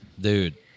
Dude